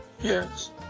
yes